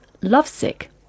lovesick